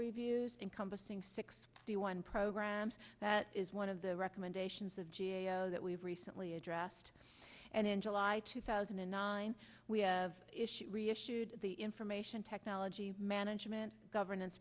reviews encompassing sixty one programs that is one of the recommendations of g a o that we've recently addressed and in july two thousand and nine we have issued reissued the information technology management governance